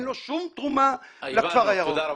תודה רבה.